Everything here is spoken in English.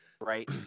right